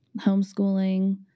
Homeschooling